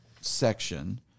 section